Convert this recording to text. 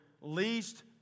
least